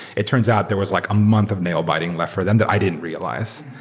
it turns out there was like a month of nailbiting left for them that i didn't realize.